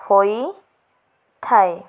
ହୋଇଥାଏ